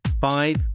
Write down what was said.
Five